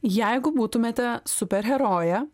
jeigu būtumėte super herojė